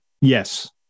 Yes